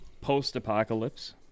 post-apocalypse